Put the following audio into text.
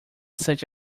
such